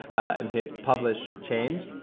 and hit publish change.